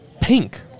pink